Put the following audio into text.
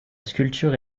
sculpture